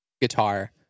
guitar